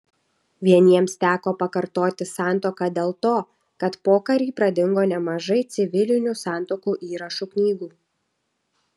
vieniems teko pakartoti santuoką dėl to kad pokarį pradingo nemažai civilinių santuokų įrašų knygų